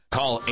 Call